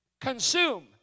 consume